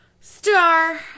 star